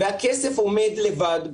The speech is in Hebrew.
והכסף עומד לבד,